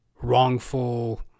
wrongful